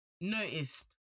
noticed